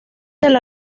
del